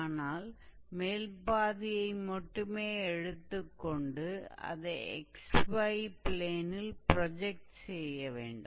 அதனால் மேல் பாதியை மட்டுமே எடுத்துக்கொண்டு அதை xy ப்ளேனில் ப்ரொஜெக்ட் செய்வோம்